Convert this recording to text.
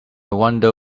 wonder